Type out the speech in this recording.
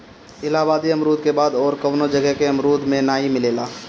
इलाहाबादी अमरुद के बात अउरी कवनो जगह के अमरुद में नाइ मिलेला